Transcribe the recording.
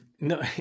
No